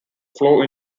flow